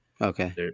Okay